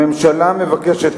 הממשלה מבקשת,